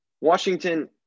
Washington